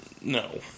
no